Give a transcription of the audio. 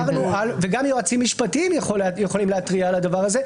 גם יועצים משפטיים יכולים להתריע על זה.